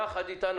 יחד אתנו,